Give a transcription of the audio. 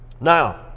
Now